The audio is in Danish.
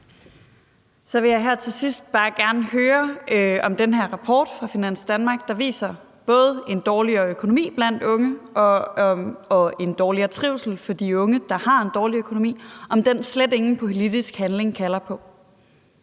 Så vil jeg her til sidst bare gerne høre, om den her rapport fra Finans Danmark, der viser både en dårligere økonomi blandt unge og en dårligere trivsel for de unge, der har en dårlig økonomi, slet ikke kalder på nogen politisk handling. Kl.